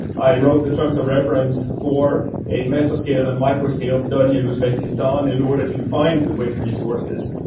i wrote the terms of reference for a mesoscale and microscale study in uzbekistan, in order to find the wind resources.